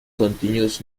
continues